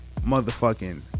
motherfucking